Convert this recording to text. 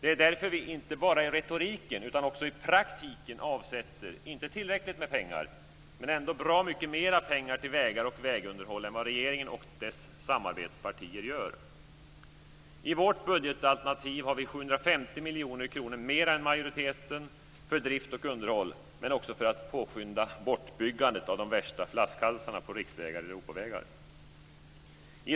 Det är därför som vi inte bara i retoriken utan också i praktiken avsätter inte tillräckligt med pengar men ändå bra mycket mera pengar till vägar och vägunderhåll än vad regeringen och dess samarbetspartier gör. I vårt budgetalternativ har vi 750 miljoner kronor mer än majoriteten för drift och underhåll, men också för att påskynda bortbyggandet av de värsta flaskhalsarna på riksvägar och Europavägar.